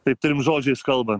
taip trim žodžiais kalban